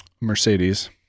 Mercedes